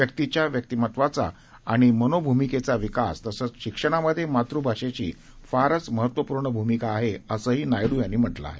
व्यक्तीच्या व्यक्तीमत्वाचा आणि मनोभूमिकेचा विकास तसंच शिक्षणामधे मातृभाषेची फार महत्त्वपूर्ण भूमिका आहे असंही नायडू यांनी म्हटलं आहे